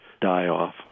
die-off